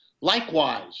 Likewise